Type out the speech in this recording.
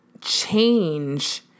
change